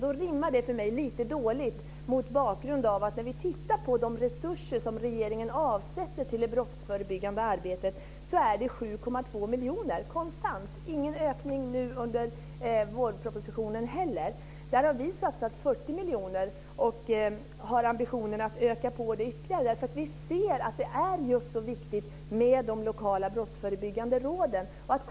Det rimmar för mig lite illa, mot bakgrund av att när vi tittar på de resurser som regeringen avsätter till det brottsförebyggande arbetet ser vi att det är 7,2 miljoner kronor konstant. Det blev ingen ökning nu i vårpropositionen heller. Vi har satsat 40 miljoner kronor, och vi har ambitionen att öka på det ytterligare. Vi ser nämligen att de lokala brottsförebyggande råden är så viktiga.